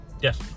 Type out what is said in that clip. Yes